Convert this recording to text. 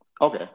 Okay